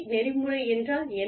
நெறிமுறை என்றால் என்ன